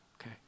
okay